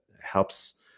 helps